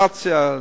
לאינפלציה,